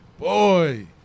Boy